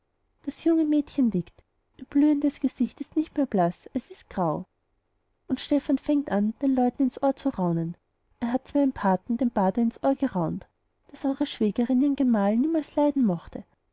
das junge mädchen nickt ihr blühendes gesicht ist nicht mehr blaß es ist grau und stephan fängt an den leuten ins ohr zu raunen er hat's meinem paten dem bader ins ohr geraunt daß eure schwägerin ihren gemahl niemals leiden mochte